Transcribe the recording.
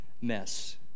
mess